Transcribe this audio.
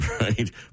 Right